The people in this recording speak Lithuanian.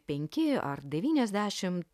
penki ar devyniasdešimt